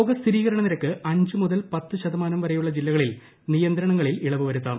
രോഗസ്ഥിരീകരണ നിരക്ക് അഞ്ച് മുതൽ പത്ത് ശതമാനം വരെയുള്ള ജില്ലകളിൽ നിയന്ത്രണങ്ങളിൽ ഇളവ് വരുത്താം